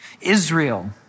Israel